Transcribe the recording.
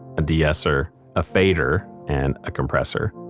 a de-esser, a fader, and a compressor.